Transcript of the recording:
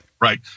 Right